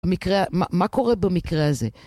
מקרה, מה קורה במקרה הזה?